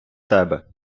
тебе